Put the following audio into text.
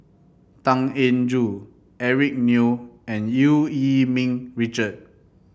Tan Eng Joo Eric Neo and Eu Yee Ming Richard